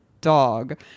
dog